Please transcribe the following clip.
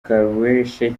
karrueche